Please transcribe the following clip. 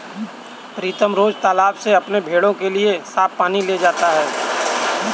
प्रीतम रोज तालाब से अपनी भेड़ों के लिए साफ पानी ले जाता है